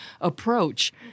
approach